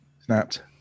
Snapped